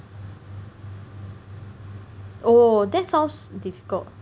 oh that sounds difficult